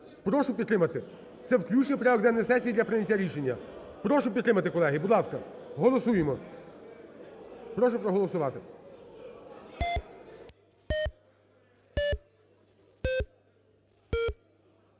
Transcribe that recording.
прошу підтримати. Це включення в порядок денний сесії для прийняття рішення. Прошу підтримати, колеги. Будь ласка, голосуємо, прошу проголосувати.